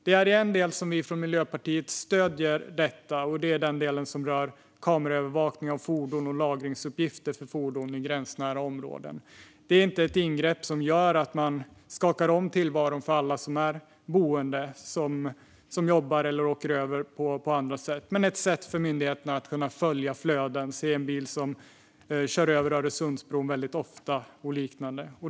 Det finns en del där som Miljöpartiet stöder, och det är den del som rör kameraövervakning av fordon och lagringsuppgifter för fordon i gränsnära områden. Det är inte ett ingrepp som skulle skaka om tillvaron för alla som bor eller jobbar på andra sidan eller åker över på andra sätt, utan det är ett sätt för myndigheter att följa flöden och se om en bil kör över Öresundsbron väldigt ofta eller liknande.